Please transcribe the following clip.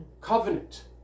covenant